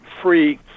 free